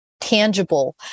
tangible